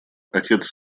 отец